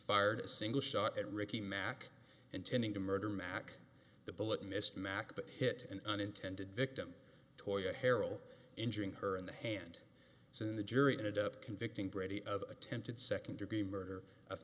fired a single shot at ricky mack intending to murder mack the bullet missed mack that hit an unintended victim toyah harrell injuring her in the hand soon the jury ended up convicting brady of attempted second degree murder of